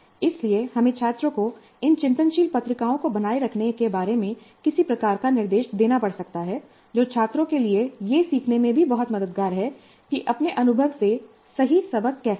इसलिए हमें छात्रों को इन चिंतनशील पत्रिकाओं को बनाए रखने के बारे में किसी प्रकार का निर्देश देना पड़ सकता है जो छात्रों के लिए यह सीखने में भी बहुत मददगार हैं कि अपने अनुभव से सही सबक कैसे लें